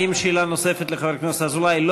האם שאלה נוספת לחבר הכנסת אזולאי?